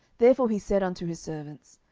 therefore he said unto his servants,